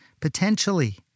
potentially